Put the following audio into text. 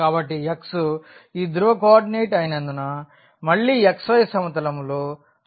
కాబట్టి x ఈ ధ్రువ కోఆర్డినేట్ అయినందున మళ్ళీ xyసమతలంలో ఆ సంభందం